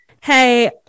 hey